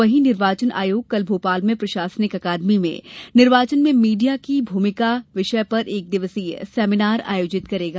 वही निर्वाचन आयोग कल भोपाल के प्रशासनिक अकादमी में निर्वाचन में मीडिया की भूमिका विषय पर एकदिवसीय सेमीनार आयोजित करेगा